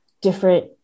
different